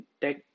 tech